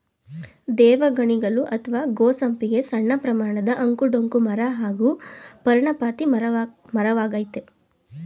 ದೇವಗಣಿಗಲು ಅತ್ವ ಗೋ ಸಂಪಿಗೆ ಸಣ್ಣಪ್ರಮಾಣದ ಅಂಕು ಡೊಂಕು ಮರ ಹಾಗೂ ಪರ್ಣಪಾತಿ ಮರವಾಗಯ್ತೆ